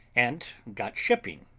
and got shipping,